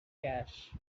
cash